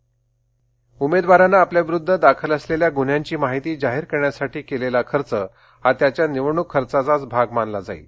निवडणूक आयोग उमेदवारानं आपल्याविरुद्ध दाखल असलेल्या गुन्ह्यांची माहिती जाहीर करण्यासाठी केलेला खर्च हा त्याच्या निवडणूक खर्चाचाच भाग मानला जाईल